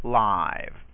live